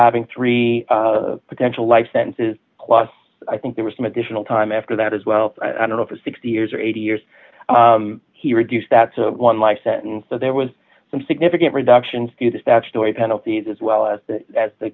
having three potential life sentences clauss i think there was some additional time after that as well i don't know if a sixty years or eighty years he reduced that's one life sentence so there was some significant reductions to the statutory penalties as well as